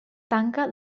tanca